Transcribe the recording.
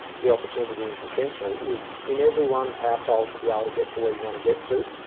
the opportunity and potential is in everyone's household to be able to get to where you want to get to.